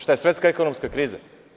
Šta, svetska ekonomska kriza?